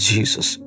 Jesus